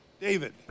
David